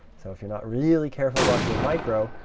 so if you're not really careful about your micro,